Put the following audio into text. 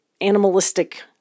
animalistic